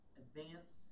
advance